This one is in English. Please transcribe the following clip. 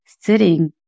sitting